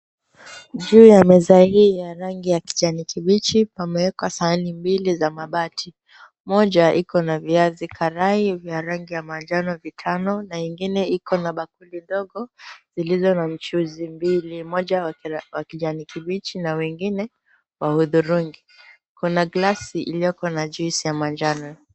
Juu ya meza hii ya rangi ya kijani kibichi pameekwa sahani mbili za mabati, moja iko na viazi karai yenye rangi ya manjano vitano na ingine iko na bakuli ndogo lililo na mchuuzi mbili, moja wa kijani kibichi na wengine wa hudhurungi. Kuna glasi iliyoko na juicy ya manjano.